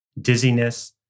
dizziness